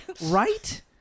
right